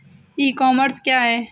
ई commerce क्या है?